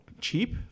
cheap